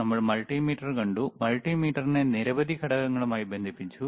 നമ്മൾ മൾട്ടിമീറ്റർ കണ്ടു മൾട്ടിമീറ്ററിനെ നിരവധി ഘടകങ്ങളുമായി ബന്ധിപ്പിച്ചു